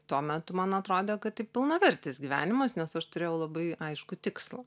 tuo metu man atrodė kad tai pilnavertis gyvenimas nes aš turėjau labai aiškų tikslą